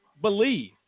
believe